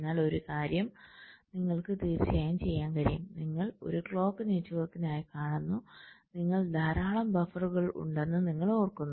എന്നാൽ ഒരു കാര്യം നിങ്ങൾക്ക് തീർച്ചയായും ചെയ്യാൻ കഴിയും നിങ്ങൾ ഒരു ക്ലോക്ക് നെറ്റ്വർക്കിനായി കാണുന്നു നിങ്ങൾക്ക് ധാരാളം ബഫറുകൾ ഉണ്ടെന്ന് നിങ്ങൾ ഓർക്കുന്നു